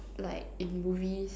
like in movies